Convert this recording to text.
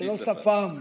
בלי שפם.